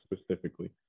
specifically